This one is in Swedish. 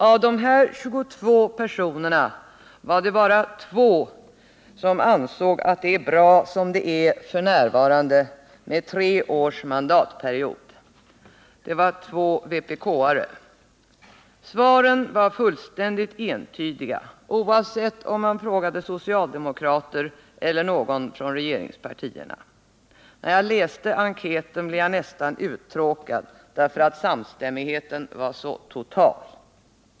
Av dessa 22 var det bara 2 som ansåg att det är bra som det är f. n. med tre års mandatperiod. Det var två vpk:are. Svaren var fullständigt entydiga, oavsett om man frågade socialdemokraterna eller någon från regeringspartierna. När jag läste enkäten blev jag nästan uttråkad, därför att samstämmigheten var så total.